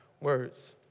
words